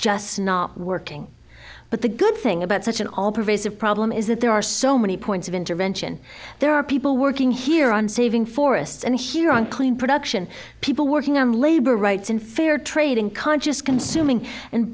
just not working but the good thing about such an all pervasive problem is that there are so many points of intervention there are people working here on saving forests and here on clean production people working on labor rights and fair trade and conscious consuming and